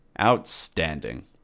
Outstanding